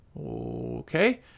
Okay